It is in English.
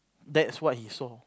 that's what he saw